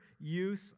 use